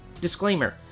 Disclaimer